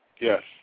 Yes